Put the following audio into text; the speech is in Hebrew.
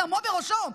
דמו בראשו.